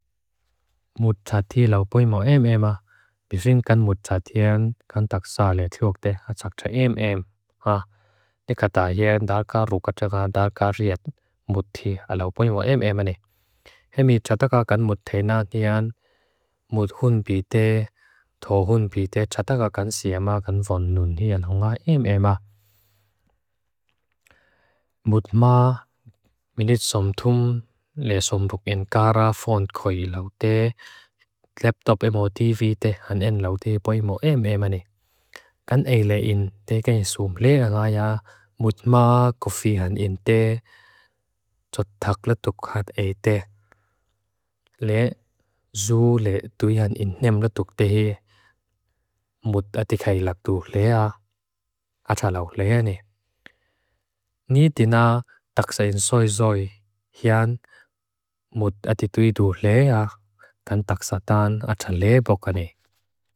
Mūt ṭhāti laupoimua em ema. Bixin kan mūt ṭhātien kan taksaa le thiuak te. Atsakcha em em. Ha. Ni kataa yen dharka rukacaka dharka riet mūti alaupoimua em ema ne. Hemi chataka kan mūt teinatian. Mūt hūn pite. Tho hūn pite. Chataka kan siema kan fon nun. Hian honga em ema. Mūt mā minit somthum le somthuk en kāra fon koi laupoimua laptop emo tv te han en laupoimua em ema ne. Kan ei le in teken som le a ngāya mūt mā kofihan in te. Chotthakla tukhat ei te. Le zu le tuihan in nemla tuk te he. Mūt ati khailak du lea. Atsa laupo lea ne. Ni tinaa taksa in soi zoi. Hian mūt ati tui du lea. Kan taksa taan atsa lea boka ne.